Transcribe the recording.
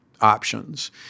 options